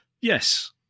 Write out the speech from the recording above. Yes